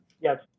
Yes